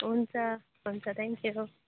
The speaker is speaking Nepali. हुन्छ हुन्छ थ्याङ्कयू